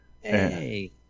Hey